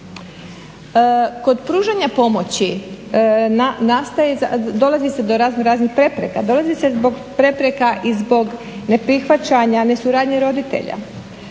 Kod pružanja pomoći dolazi se do razno raznih prepreka, dolazi se do prepreka i zbog neprihvaćanja, nesuradnje roditelj,